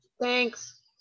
Thanks